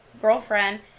girlfriend